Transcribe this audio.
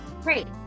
Great